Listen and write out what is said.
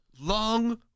long